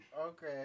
Okay